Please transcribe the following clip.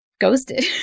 ghosted